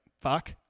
fuck